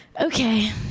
Okay